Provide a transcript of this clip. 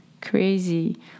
crazy